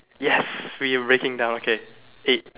yes we breaking down okay eight